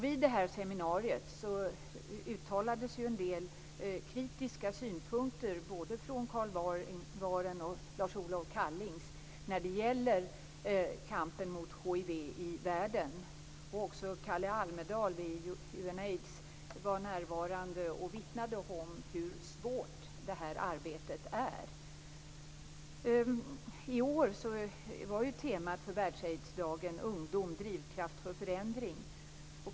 Vid det här seminariet uttalades en del kritiska synpunkter, både från Carl Wahren och från Lars Olof Kallings, när det gäller kampen mot hiv i världen. Också Unaids representant vittnade om hur svårt det här arbetet är. I år var temat för världsaidsdagen Ungdom - drivkraft för förändring.